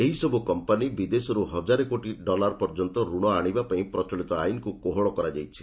ଏହିସବୁ କମ୍ପାନି ବିଦେଶରୁ ହଜାରେ କୋଟି ଡଲାର ପର୍ଯ୍ୟନ୍ତ ରଣ ଆଣିବା ପାଇଁ ପ୍ରଚଳିତ ଆଇନକୁ କୋହଳ କରାଯାଇଛି